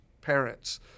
parents